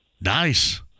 Nice